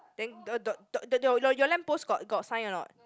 then uh th~ th~ th~ the your your your lamp post got sign or not